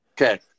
Okay